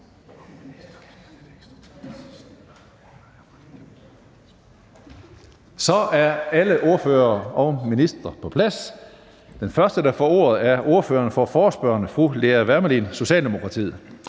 Så er alle ordførere og ministre på plads. Den første, der får ordet, er ordføreren for forespørgerne, fru Lea Wermelin, Socialdemokratiet.